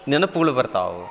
ನೆನಪುಗಳು ಬರ್ತಾವವು